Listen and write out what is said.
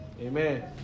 Amen